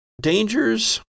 dangers